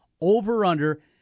Over-under